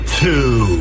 two